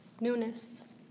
newness